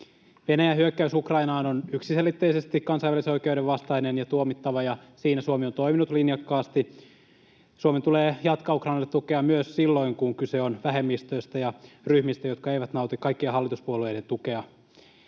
Venäjän hyökkäys Ukrainaan on yksiselitteisesti kansainvälisen oikeuden vastainen ja tuomittava, ja siinä Suomi on toiminut linjakkaasti. Suomen tulee jatkaa Ukrainalle tukea myös silloin, kun kyse on vähemmistöistä ja ryhmistä, jotka eivät nauti kaikkien hallituspuolueiden tukea.